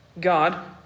God